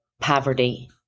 poverty